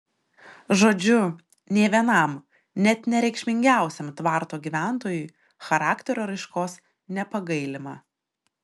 žodžiu nė vienam net nereikšmingiausiam tvarto gyventojui charakterio raiškos nepagailima